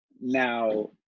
Now